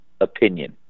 opinion